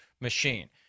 machine